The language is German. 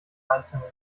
einzelnen